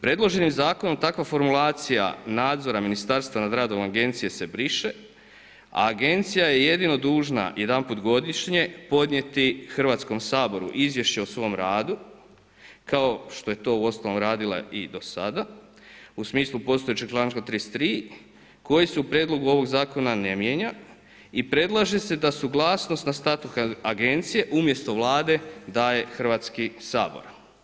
Predloženim zakonom takva formulacija nadzora ministarstva nad radom agencije se briše a agencija je jedino dužna jedanput godišnje podnijeti Hrvatskom saboru izvješće o svom radu kao što je to uostalom radila i do sada u smislu postojećeg članka 33. koji se u prijedlogu ovog zakona ne mijenja i predlaže se da suglasnost nad statut agencije umjesto Vlade daje Hrvatski sabor.